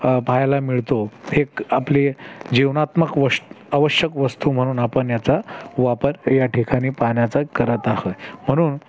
पाहायला मिळतो हेक आपली जीवनात्मक वश आवश्यक वस्तू म्हणून आपण याचा वापर या ठिकाणी पाण्याचा करत आहो म्हणून